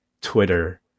Twitter